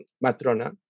Matrona